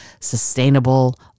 sustainable